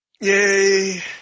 Yay